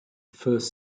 first